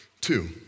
Two